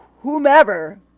Whomever